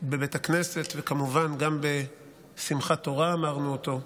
בבית הכנסת, וכמובן גם בשמחת תורה אמרנו אותו,